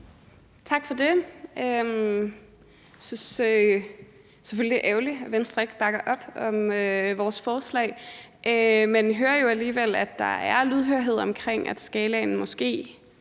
Tak for det. Jeg synes selvfølgelig, det er ærgerligt, at Venstre ikke bakker op om vores forslag, men hører jo alligevel, at der er lydhørhed over for, at der måske